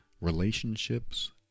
relationships